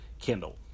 Kindle